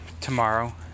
tomorrow